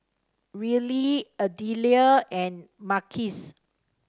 Arely Idella and Marquis